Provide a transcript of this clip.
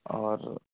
और